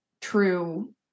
true